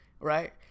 right